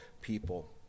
people